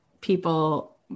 people